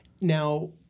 Now